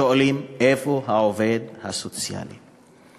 שואלים: איפה העובד הסוציאלי?